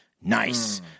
nice